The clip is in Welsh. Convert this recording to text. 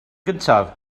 gyntaf